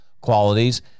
qualities